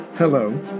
Hello